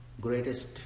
greatest